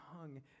hung